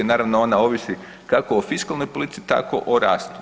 Naravno ona ovisi kako o fiskalnoj politici, tako o rastu.